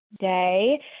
day